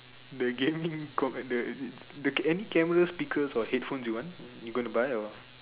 the gaming con~ the the any cameras speakers or headphones you want you gonna buy or